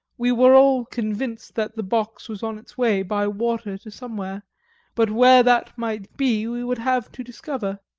we were all convinced that the box was on its way, by water, to somewhere but where that might be we would have to discover.